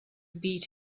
beat